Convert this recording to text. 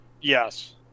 Yes